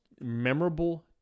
memorable